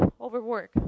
overwork